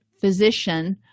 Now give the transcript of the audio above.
physician